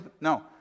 No